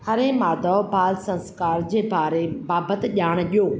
हरे माधव बाल संस्कार जे बारे बाबति ॼाण ॾियो